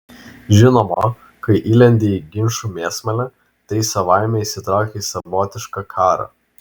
žinoma kai įlendi į ginčų mėsmalę tai savaime įsitrauki į savotišką karą